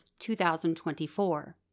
2024